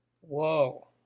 whoa